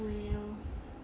you know